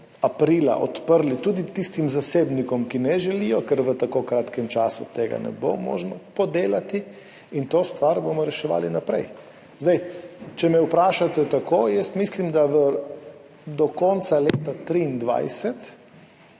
aprila odprli tudi tistim zasebnikom, ki ne želijo, ker v tako kratkem času tega ne bo možno podelati. To stvar bomo reševali naprej. Zdaj, če me vprašate tako, jaz mislim oziroma do konca leta 2023